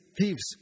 thieves